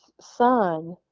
son